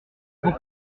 pour